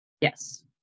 Yes